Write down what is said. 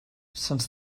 sens